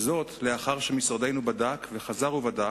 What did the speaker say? וזאת לאחר שמשרדנו בדק, וחזר ובדק,